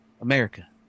America